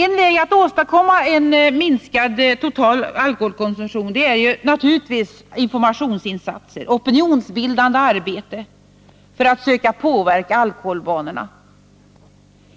En väg att åstadkomma en minskad total alkoholkonsumtion är naturligtvis informationsinsatser och opinionsbildande arbete för att söka påverka alkoholvanorna.